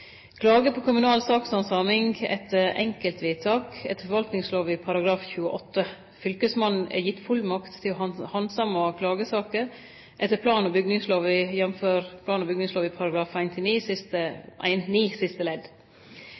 Klage på kommunal sakshandsaming eller enkeltvedtak etter forvaltningslova § 28. Fylkesmannen er gitt fullmakt til å handsame klagesaker etter plan- og bygningslova, jf. plan- og bygningslova § 1-9 siste ledd. Fylkesmennene er gitt ein